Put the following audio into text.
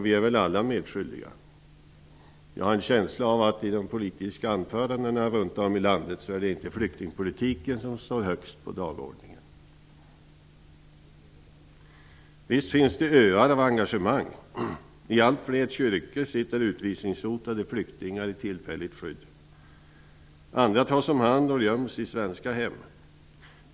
Vi är väl alla medskyldiga. Jag har en känsla av att det i de politiska anförandena runt om i landet inte är flyktingpolitiken som står högst på dagordningen. Visst finns det öar av engagemang. I allt fler kyrkor sitter utvisningshotade flyktingar i tillfälligt skydd. Andra tas om hand och göms i svenska hem.